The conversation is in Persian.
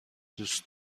دوست